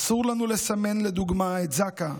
אסור לנו לסמן לדוגמה את זק"א,